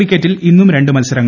ക്രിക്കറ്റിൽ ഇന്ന് രണ്ട് മത്സരങ്ങൾ